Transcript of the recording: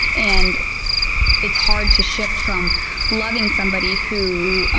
and it's hard to shift from loving somebody who.